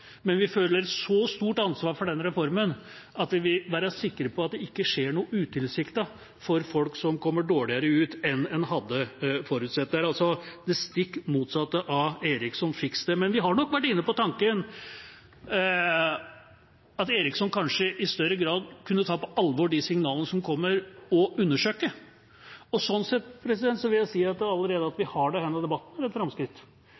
men vi føler så stort ansvar for denne reformen at vi vil være sikre på at det ikke skjer noe utilsiktet slik at folk kommer dårligere ut enn en hadde forutsett. Det er altså det stikk motsatte av «Eriksson, fiks det!» Men vi har nok vært inne på tanken at Eriksson kanskje i større grad kunne tatt på alvor de signalene som kommer, og undersøke. Sånn sett vil jeg si at allerede det at vi har denne debatten, er et framskritt